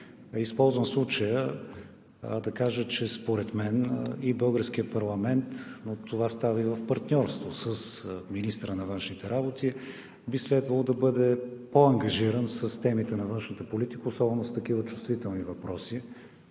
Използвам случая да кажа, че според мен българският парламент, но това става и в партньорство с министъра на външните работи, би следвало да бъде по-ангажиран с темите на външната политика и особено с такива чувствителни въпроси.